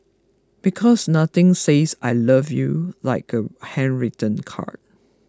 because nothing says I love you like a handwritten card